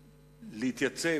להתייצב.